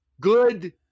Good